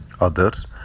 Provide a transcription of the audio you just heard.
others